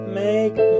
make